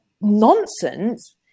nonsense